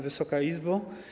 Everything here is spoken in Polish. Wysoka Izbo!